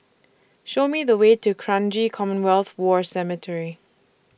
Show Me The Way to Kranji Commonwealth War Cemetery